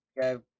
go